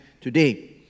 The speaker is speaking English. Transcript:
today